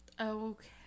Okay